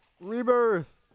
Rebirth